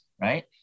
Right